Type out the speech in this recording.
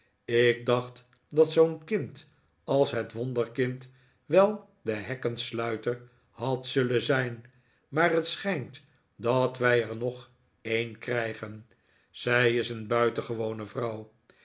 ik dacht dat zoo'n kind als het wonderkind wel de hekkensluiter had zullen zijn maar het schijnt dat wij er nog een krijgen zij is een buitengewone vrouw